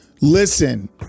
Listen